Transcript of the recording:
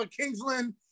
Kingsland